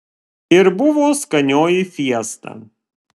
ir buvo skanioji fiesta